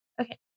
Okay